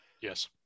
Yes